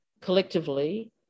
collectively